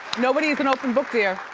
nobody is an open book, dear.